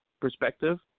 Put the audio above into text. perspective